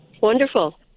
Wonderful